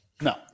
No